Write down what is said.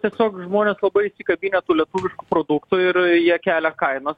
tiesiog žmonės labai įsikabinę tų lietuviškų produktų ir jie kelia kainas